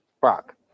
Brock